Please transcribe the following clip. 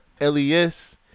LES